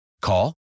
call